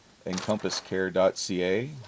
encompasscare.ca